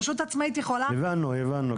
רשות עצמאית יכולה --- הבנו.